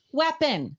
weapon